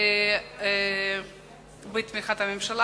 בתמיכת הממשלה.